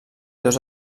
dos